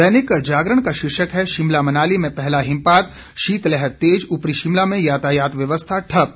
दैनिक जागरण का शीर्षक है शिमला मनाली में पहला हिमपात शीतलहर तेज ऊपरी शिमला में यातायात व्यवस्था ठप